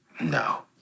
no